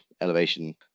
elevation